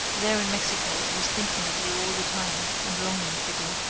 there in mexico i was thinking of you all the time, and longing for you.